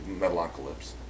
Metalocalypse